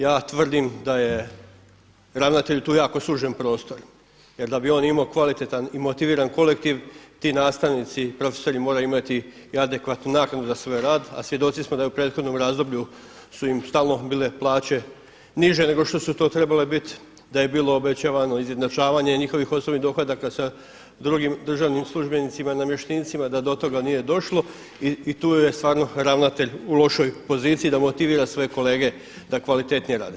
Ja tvrdim da je ravnatelju tu jako sužen prostor jer da bi on imao kvalitetan i motiviran kolektiv ti nastavnici i profesori moraju imati i adekvatnu naknadu za svoj rad, a svjedoci smo da je u prethodnom razdoblju su im stalno bile plaće niže nego što su to trebale biti, da je bilo obećavano izjednačavanje njihovih osobnih dohodaka sa drugim državnim službenicima i namještenicima i da do toga nije došlo i tu je stvarno ravnatelj u lošoj poziciji da motivira svoje kolege da kvalitetnije rade.